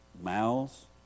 Mouths